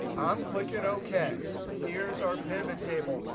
i'm clicking ok. here's our pivot table.